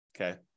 okay